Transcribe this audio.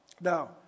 Now